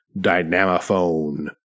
dynamophone